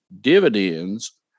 dividends